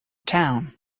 town